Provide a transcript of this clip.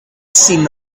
seen